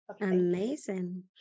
Amazing